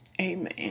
Amen